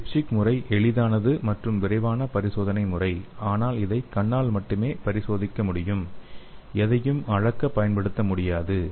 dipstick முறை எளிதானது மற்றும் விரைவான பரிசோதனைமுறை ஆனால் இதை கண்ணால் மட்டுமே பரிசோதிக்க முடியும் எதையும் அளக்க பயன்படுத்த முடியாது